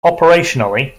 operationally